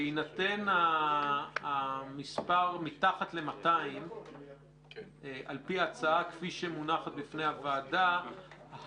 בהינתן המספר מתחת ל-200 על פי ההצעה כפי שמונחת בפני הוועדה,